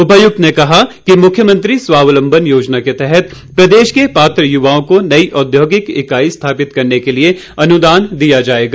उपायुक्त ने कहा कि मुख्यमंत्री स्वावलंबन योजना के तहत प्रदेश के पात्र य्वाओं को नई औद्योगिक इकाई स्थापित करने के लिए अनुदान दिया जाएगा